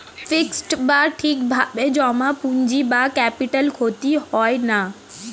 fixed বা ঠিক ভাবে জমা পুঁজি বা ক্যাপিটাল ক্ষতি হয় না